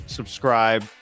subscribe